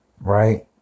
right